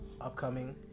upcoming